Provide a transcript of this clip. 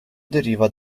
deriva